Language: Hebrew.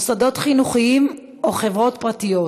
מוסדות חינוכיים או חברות פרטיות: